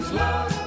love